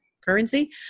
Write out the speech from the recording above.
currency